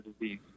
disease